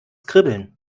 kribbeln